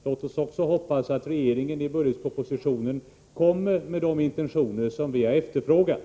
Låt oss också hoppas att regeringen i budgetpropositionen visar de intentioner som vi har efterfrågat.